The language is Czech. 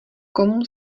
komu